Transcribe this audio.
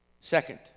Second